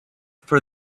for